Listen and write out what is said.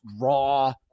raw